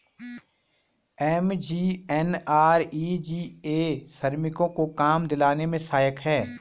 MGNREGA श्रमिकों को काम दिलाने में सहायक है